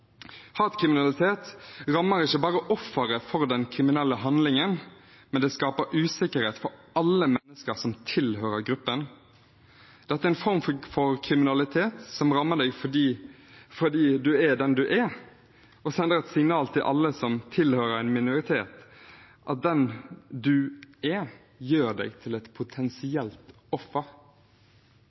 Hatkriminalitet rammer ikke bare offeret for den kriminelle handlingen, men det skaper usikkerhet for alle mennesker som tilhører gruppen. Dette er en form for kriminalitet som rammer en fordi man er den man er, og sender et signal til alle som tilhører en minoritet – at den man er, gjør en til et potensielt offer.